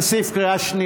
למה אתה משקר?